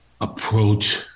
approach